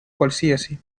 qualsiasi